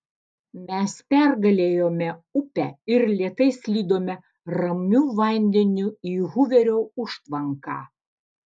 mes pergalėjome upę ir lėtai slydome ramiu vandeniu į huverio užtvanką